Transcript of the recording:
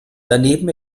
daneben